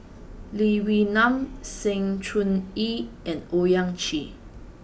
Lee Wee Nam Sng Choon Yee and Owyang Chi